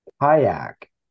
Kayak